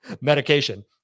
medication